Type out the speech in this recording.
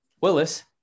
Willis